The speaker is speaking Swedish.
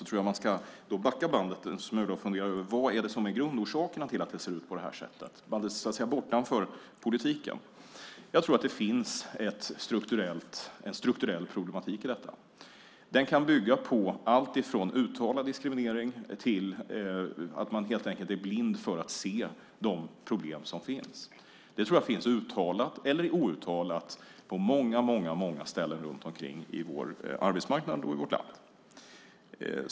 Då tror jag att man ska backa bandet en smula och fundera över vad som är grundorsakerna till att det ser ut på detta sätt, alltså bortom politiken. Jag tror att det finns en strukturell problematik i detta. Den kan bygga på alltifrån uttalad diskriminering till att man helt enkelt är blind när det gäller att se de problem som finns. Det tror jag finns uttalat eller outtalat på många ställen runt om på vår arbetsmarknad och i vårt land.